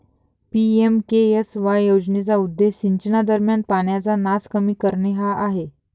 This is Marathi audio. पी.एम.के.एस.वाय योजनेचा उद्देश सिंचनादरम्यान पाण्याचा नास कमी करणे हा आहे